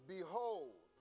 Behold